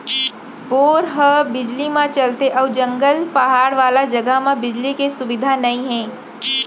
bore ह बिजली म चलथे अउ जंगल, पहाड़ वाला जघा म बिजली के सुबिधा नइ हे